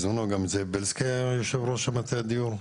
זאב ביילסקי שהיה יושב ראש מטה הדיור,